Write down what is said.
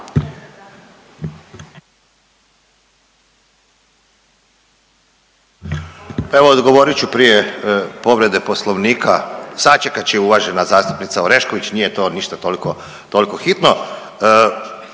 Evo odgovorit ću prije povrede poslovnika, sačekat će i uvažena zastupnica Orešković nije to ništa toliko hitno.